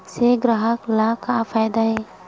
से ग्राहक ला का फ़ायदा हे?